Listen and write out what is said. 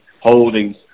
holdings